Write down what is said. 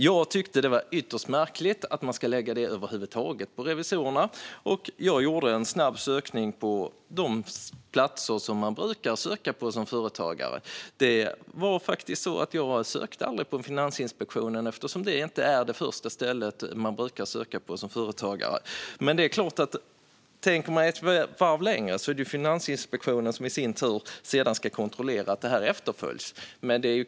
Jag tyckte att det var ytterst märkligt att lägga detta på revisorerna över huvud taget och gjorde en snabb sökning på de platser som man brukar söka på som företagare. Jag sökte aldrig på Finansinspektionen eftersom det inte är det första ställe som företagare brukar söka på. Det är klart att man kan tänka ett varv till. Det är Finansinspektionen som i sin tur ska kontrollera efterlevnaden.